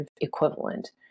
equivalent